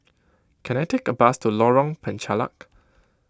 can I take a bus to Lorong Penchalak